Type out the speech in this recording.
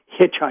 hitchhiking